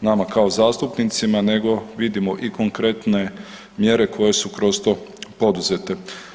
nama kao zastupnicima nego vidimo i konkretne mjere koje su kroz to poduzete.